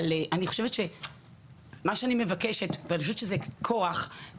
ואני חושבת שזה כורח,